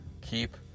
Keep